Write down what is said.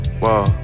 whoa